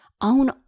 Own